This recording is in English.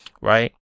Right